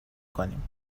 کنیم